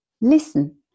Listen